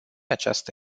această